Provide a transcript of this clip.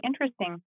interesting